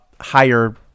higher